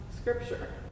scripture